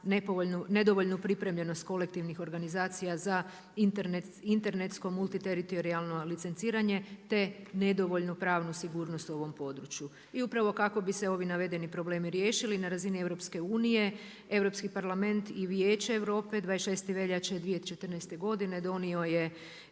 nedovoljnu pripremljenost kolektivnih organizacija za internetskom multiteritorijalno licenciranje te nedovoljnu pravnu sigurnost u ovom području. I upravo kako bi se ovi navedeni problemi riješili na razini EU. Europski parlament i Vijeće Europe 26. veljače 2014. godine donio je